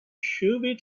shooby